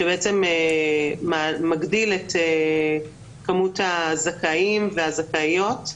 שבעצם מגדיל את כמות הזכאים והזכאיות,